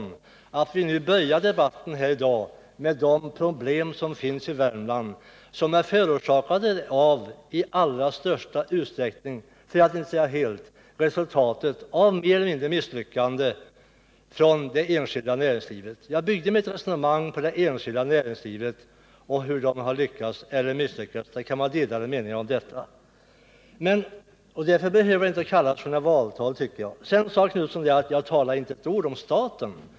Jag gjorde detta med utgångspunkt i att vi började dagens debatt med de problem som finns i Värmland och som i allra största utsträckning, för att inte säga helt, är förorsakade av resultatet av misslyckanden från det enskilda näringslivet. Jag byggde mitt resonemang på det enskilda näringslivet och på hur det har lyckats eller misslyckats — det kan råda delade meningar om det. Därför tycker jag att mitt tal inte behöver kallas för ett valtal. Göthe Knutson sade att jag inte nämnde ett ord om staten.